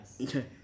Okay